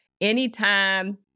Anytime